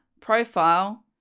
profile